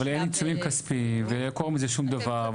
אבל אין עיצומים כספיים ולא קורה עם זה שום דבר.